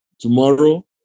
tomorrow